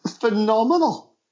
phenomenal